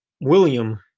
William